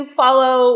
follow